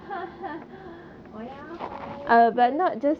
oh ya hor that's true that's true